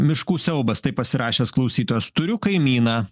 miškų siaubas tai pasirašęs klausytojas turiu kaimyną